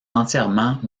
entièrement